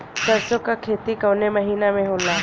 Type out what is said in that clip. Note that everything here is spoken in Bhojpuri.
सरसों का खेती कवने महीना में होला?